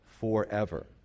forever